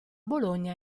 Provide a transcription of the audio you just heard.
bologna